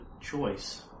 choice